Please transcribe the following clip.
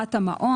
להשבחת המעון.